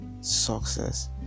success